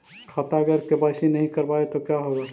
खाता अगर के.वाई.सी नही करबाए तो का होगा?